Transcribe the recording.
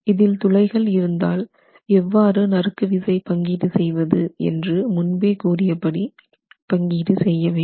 இதில் துளைகள் இருந்தால் எவ்வாறு நறுக்குவிசை பங்கீடு செய்வது என்று முன்பே கூறிய படி பங்கீடு செய்ய வேண்டும்